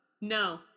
No